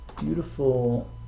beautiful